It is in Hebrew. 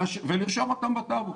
ולרשום אותן בטאבו.